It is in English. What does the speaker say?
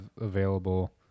available